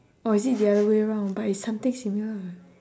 or is it the other way round but it's something similar lah